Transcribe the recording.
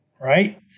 right